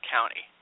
County